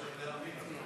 אבל אתה צריך להבין.